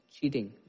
cheating